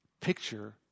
picture